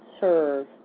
serve